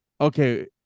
Okay